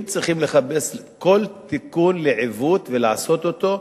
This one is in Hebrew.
הם צריכים לחפש כל תיקון לעיוות ולעשות אותו,